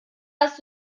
hast